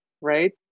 right